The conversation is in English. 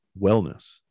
wellness